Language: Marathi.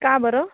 का बरं